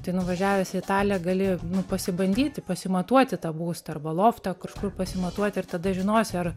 tai nuvažiavęs į italiją gali pasibandyti pasimatuoti tą būstą arba loftą kažkur pasimatuoti ir tada žinosi ar